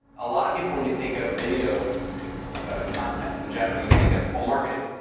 a lot of people, when you think of video content in general, you think of, well, marketing.